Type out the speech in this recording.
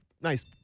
Nice